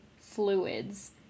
fluids